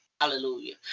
Hallelujah